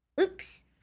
Oops